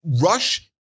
Rush